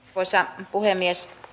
arvoisa puhemies